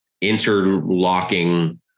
interlocking